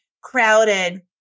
crowded